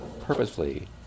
purposefully